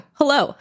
hello